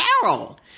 Carol